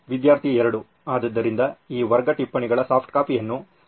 ವಿದ್ಯಾರ್ಥಿ 2 ಆದ್ದರಿಂದ ಈ ವರ್ಗ ಟಿಪ್ಪಣಿಗಳ ಸಾಫ್ಟ್ ಕಾಪಿಯನ್ನು ಅಲ್ಲಿ ಅಪ್ಲೋಡ್ ಮಾಡಲಾಗುತ್ತದೆ